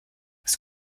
das